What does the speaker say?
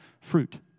Fruit